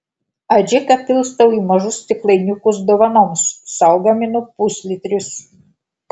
adžiką pilstau į mažus stiklainiukus dovanoms sau gaminu puslitrius